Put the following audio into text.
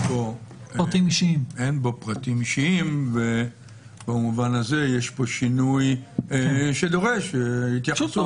בו פרטים אישיים ובמובן הזה יש פה שינוי שדורש התייחסות,